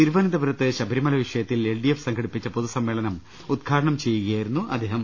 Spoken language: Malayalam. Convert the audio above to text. തിരുവനന്തപു രത്ത് ശബരിമലയ വിഷയത്തിൽ എൽഡിഎഫ് സംഘടിപ്പിച്ച പൊതുസമ്മേളനം ഉദ്ഘാടനം ചെയ്യുകയായിരുന്നു അദ്ദേഹം